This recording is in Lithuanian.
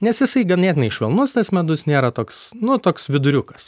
nes jisai ganėtinai švelnus tas medus nėra toks nu toks viduriukas